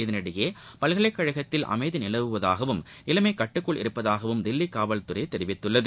இதற்கிடையே பல்கலைக் கழகத்தில் அமைதி நிலவுவதாகவும் நிலைமை கட்டுக்குள் இருப்பதாகவும் தில்லி காவல்துறை தெரிவித்துள்ளது